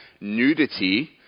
nudity